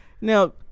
now